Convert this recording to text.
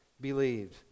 believed